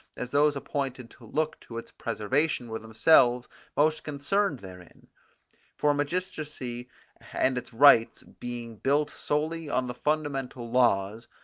as those appointed to look to its preservation were themselves most concerned therein for magistracy and its rights being built solely on the fundamental laws,